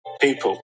people